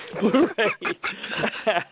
Blu-ray